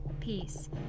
peace